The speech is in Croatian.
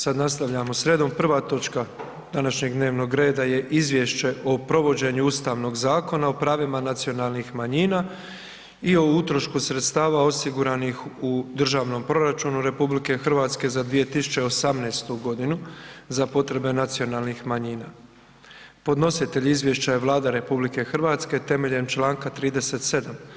Sad nastavljamo s redom, prva točka današnjeg dnevnog reda je: - Izvješće o provođenju Ustavnog Zakona o pravima nacionalnih manjina i o utrošku sredstava osiguranih u državnom proračunu Republike Hrvatske za 2018. godinu za potrebe nacionalnih manjina Predlagatelj izvješća je Vlada RH temeljem čl. 37.